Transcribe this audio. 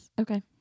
Okay